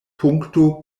punkto